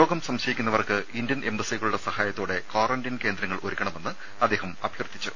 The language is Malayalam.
രോഗം സംശയിക്കുന്നവർക്ക് ഇന്ത്യൻ എംബസികളുടെ സഹായത്തോടെ ക്വാറന്റൈൻ കേന്ദ്രങ്ങൾ ഒരുക്കണമെന്നും അദ്ദേഹം അഭ്യർത്ഥിച്ചു